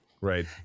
Right